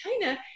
China